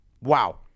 Wow